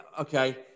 okay